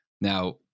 Now